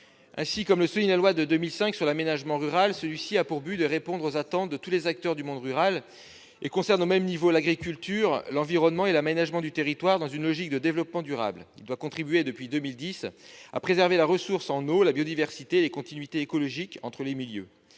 Ainsi, comme le souligne la loi de 2005 relative à l'aménagement rural, celui-ci a pour but de répondre aux attentes de tous les acteurs du monde rural et concerne, au même niveau, l'agriculture, l'environnement et l'aménagement du territoire, dans une logique de développement durable. Il doit contribuer, depuis 2010, à préserver la ressource en eau, la biodiversité et les continuités écologiques entre les milieux.